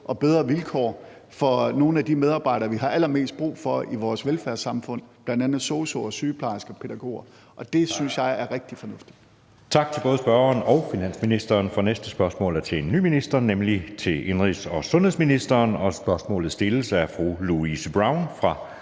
og bedre vilkår for nogle af de medarbejdere, vi har allermest brug for i vores velfærdssamfund, bl.a. sosu'er, sygeplejersker og pædagoger, og det synes jeg er rigtig fornuftigt.